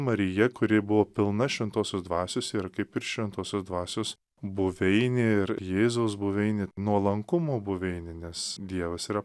marija kuri buvo pilna šventosios dvasios ir kaip ir šventosios dvasios buveinė ir jėzaus buveinė nuolankumo buveinė nes dievas yra